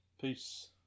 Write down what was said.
Peace